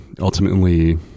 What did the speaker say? ultimately